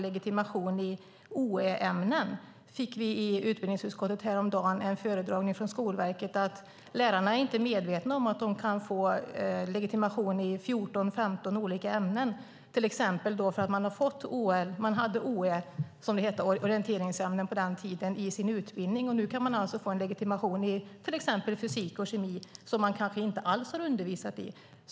Vi fick i utbildningsutskottet häromdagen en föredragning från Skolverket om att lärarna inte är medvetna om att de kan få legitimation i 14-15 olika ämnen, till exempel för att man har OÄ, orienteringsämnen som det hette på den tiden, i sin utbildning. Nu kan man alltså få en legitimation i till exempel fysik och kemi som man kanske inte alls har undervisat i.